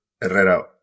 Herrera